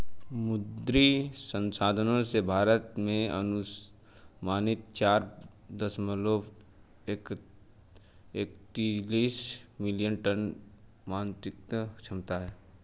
मुद्री संसाधनों से, भारत में अनुमानित चार दशमलव एकतालिश मिलियन टन मात्स्यिकी क्षमता है